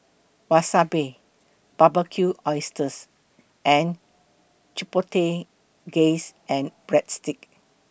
Wasabi Barbecued Oysters and Chipotle gaze and Breadsticks